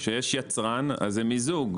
כשיש יצרן אז זה מיזוג,